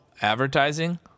advertising